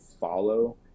follow